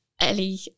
Ellie